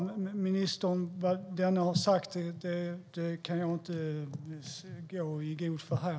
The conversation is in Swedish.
Vad ministern har sagt kan jag inte gå i god för här.